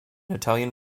italian